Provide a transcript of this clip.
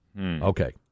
Okay